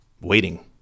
waiting